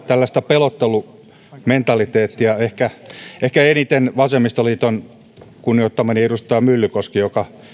pelottelumentaliteettia ehkä ehkä eniten kunnioittamallani vasemmistoliiton edustaja myllykoskella joka